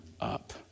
up